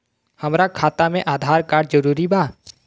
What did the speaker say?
हमार खाता में आधार कार्ड जरूरी बा?